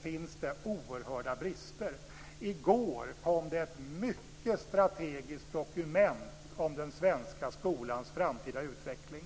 finns oerhörda brister. I går kom det ett mycket strategiskt dokument om den svenska skolans framtida utveckling.